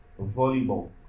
volleyball